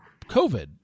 COVID